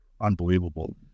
unbelievable